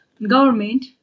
Government